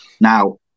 Now